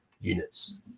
units